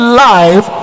life